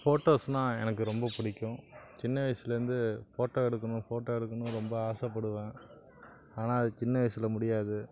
ஃபோட்டோஸ்னா எனக்கு ரொம்பப் பிடிக்கும் சின்ன வயதில் இருந்து ஃபோட்டோ எடுக்கணும் ஃபோட்டோ எடுக்கணும்னு ரொம்ப ஆசைப்படுவேன் ஆனால் அது சின்ன வயதில் முடியாது